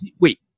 Wait